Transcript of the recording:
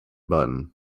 button